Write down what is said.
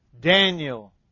Daniel